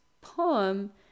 poem